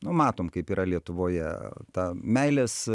nu matom kaip yra lietuvoje tą meilės